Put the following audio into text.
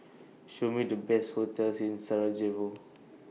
Show Me The Best hotels in Sarajevo